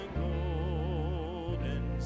golden